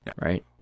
right